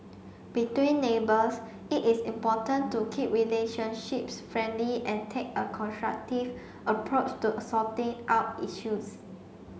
between neighbours it is important to keep relationships friendly and take a constructive approach to sorting out issues